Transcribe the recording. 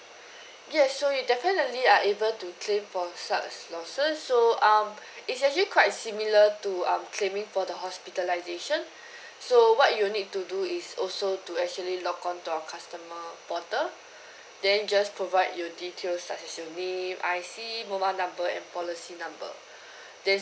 yes so you definitely are able to claim for such losses so um it's actually quite similar to um claiming for the hospitalisation so what you need to do is also to actually log on to our customer portal then just provide your details such as your name I_C mobile number and policy number then